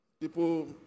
people